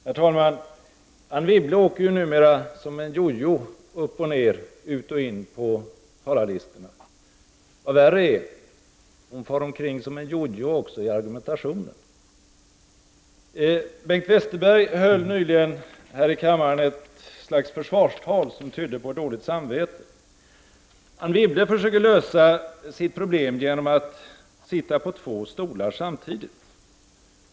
Herr talman! Anne Wibble åker numera som en jojo upp och ner, ut och in på talarlistorna. Vad värre är, är att hon far omkring som en jojo också i argumentationen. Bengt Westerberg höll nyligen här i kammaren ett slags försvarstal som tydde på dåligt samvete. Anne Wibble försöker lösa sitt problem genom att sitta på två stolar samtidigt.